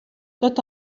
tot